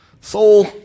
soul